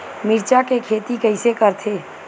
मिरचा के खेती कइसे करथे?